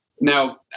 Now